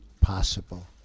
possible